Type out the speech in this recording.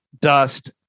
dust